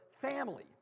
family